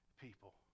people